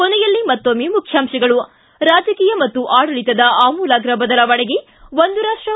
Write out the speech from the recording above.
ಕೊನೆಯಲ್ಲಿ ಮತ್ತೊಮ್ಮೆ ಮುಖ್ಯಾಂಶಗಳು ಿ ರಾಜಕೀಯ ಮತ್ತು ಆಡಳಿತದ ಆಮೂಲಾಗ್ರ ಬದಲಾವಣೆಗೆ ಒಂದು ರಾಷ್ಲ